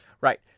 Right